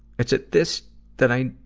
it's at this that i,